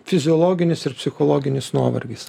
fiziologinis ir psichologinis nuovargis